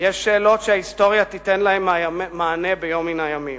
יש שאלות שההיסטוריה תיתן עליהן מענה ביום מן הימים.